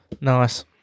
Nice